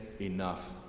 enough